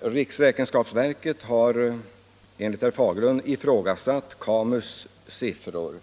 Riksrevisionsverket har enligt herr Fagerlund ifrågasatt KAMU:s siffror.